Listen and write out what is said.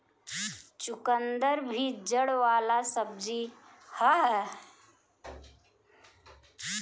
चुकंदर भी जड़ वाला सब्जी हअ